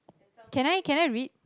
can I can I read